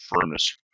firmness